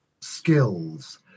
skills